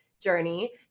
journey